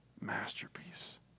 masterpiece